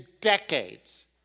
decades